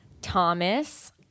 Thomas